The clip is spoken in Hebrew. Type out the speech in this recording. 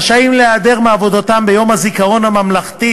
רשאים להיעדר מעבודתם ביום הזיכרון הממלכתי